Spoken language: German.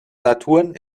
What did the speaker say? saturn